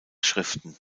schriften